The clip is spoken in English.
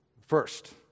First